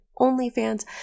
onlyfans